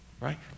right